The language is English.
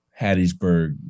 Hattiesburg